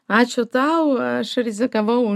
ačiū tau aš rizikavau